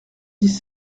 dix